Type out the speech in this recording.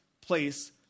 place